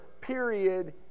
period